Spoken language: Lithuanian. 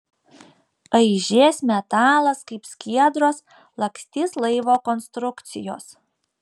aižės metalas kaip skiedros lakstys laivo konstrukcijos